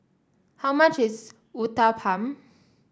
how much is Uthapam